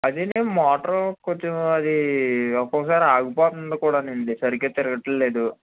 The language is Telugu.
అది మోటారు కొంచెం అది ఒకసారి ఆగిపోతుంది కూడానండి సరిగా తిరగట్లేదు